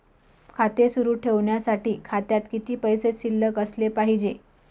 खाते सुरु ठेवण्यासाठी खात्यात किती पैसे शिल्लक असले पाहिजे?